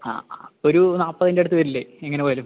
ആ ആ അപ്പം ഒരു നാപ്പതിൻ്റെ അടുത്ത് വരില്ലേ എങ്ങനെ പോയാലും